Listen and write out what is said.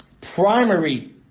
primary